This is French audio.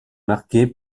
marquée